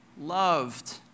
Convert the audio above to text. loved